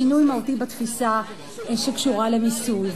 שינוי מהותי בתפיסה שקשורה למיסוי,